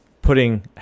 Putting